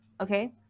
Okay